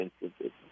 instances